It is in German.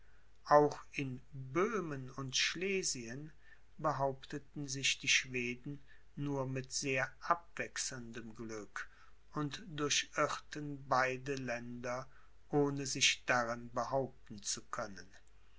auch in böhmen und schlesien behaupteten sich die schweden nur mit sehr abwechselndem glück und durchirrten beide länder ohne sich darin behaupten zu können